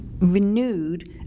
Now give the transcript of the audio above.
renewed